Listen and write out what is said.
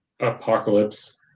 apocalypse